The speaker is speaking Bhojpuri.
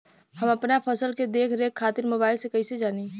हम अपना फसल के देख रेख खातिर मोबाइल से कइसे जानी?